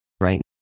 Right